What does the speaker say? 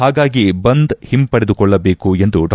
ಹಾಗಾಗಿ ಬಂದ್ ಹಿಂಪಡೆದುಕೊಳ್ಳಬೇಕೆಂದು ಡಾ